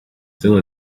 still